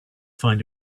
find